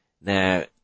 Now